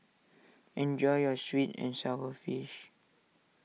enjoy your Sweet and Sour Fish